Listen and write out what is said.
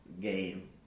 game